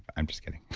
i'm just kidding.